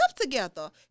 together